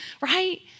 right